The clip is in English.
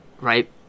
right